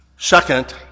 Second